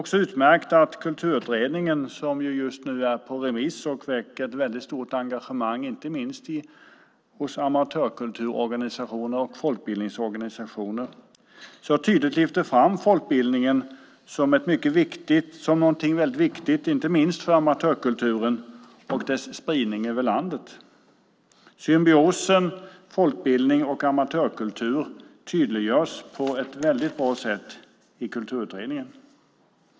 Det är utmärkt att Kulturutredningen, som just nu är på remiss och väcker ett väldigt stort engagemang, inte minst hos amatörkulturorganisationer och folkbildningsorganisationer, tydligt lyfter fram folkbildningen som något mycket viktigt just för amatörkulturen och för dess spridning över landet. Symbiosen folkbildning och amatörkultur tydliggörs på ett väldigt bra sätt i Kulturutredningen.